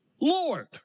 Lord